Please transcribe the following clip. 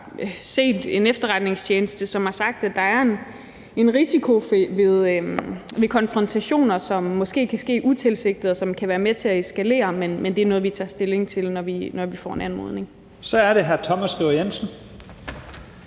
set en efterretningstjeneste, som har sagt, at der er en risiko ved konfrontationer, som måske kan ske utilsigtet, og som kan være med til at eskalere det. Men det er noget, vi tager stilling til, når vi får en anmodning. Kl. 17:51 Første